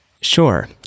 Sure